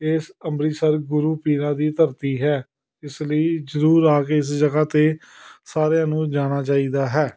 ਇਸ ਅੰਮ੍ਰਿਤਸਰ ਗੁਰੂ ਪੀਰਾਂ ਦੀ ਧਰਤੀ ਹੈ ਇਸ ਲਈ ਜ਼ਰੂਰ ਆ ਕੇ ਇਸ ਜਗ੍ਹਾ 'ਤੇ ਸਾਰਿਆਂ ਨੂੰ ਜਾਣਾ ਚਾਹੀਦਾ ਹੈ